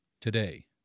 today